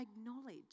acknowledge